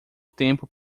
tempo